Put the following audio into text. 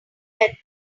let